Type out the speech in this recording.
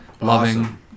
loving